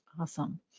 awesome